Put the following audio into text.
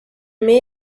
may